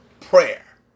Prayer